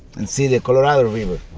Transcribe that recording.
and see the colorado river.